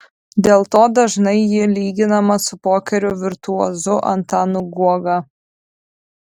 dėl to dažnai ji lyginama su pokerio virtuozu antanu guoga